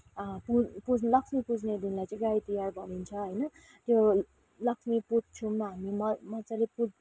पुज पुज लक्ष्मी पुज्ने दिनलाई चाहिँ गाई तिहार भनिन्छ होइन त्यो लक्ष्मी पुज्छौँ हामी म मज्जाले